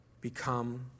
become